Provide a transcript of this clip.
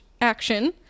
action